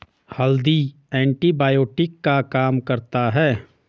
हल्दी एंटीबायोटिक का काम करता है